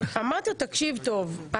אמרתי לו, תקשיב טוב,